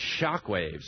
shockwaves